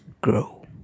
grow